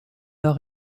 heure